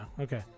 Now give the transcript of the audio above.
okay